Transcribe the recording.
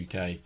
UK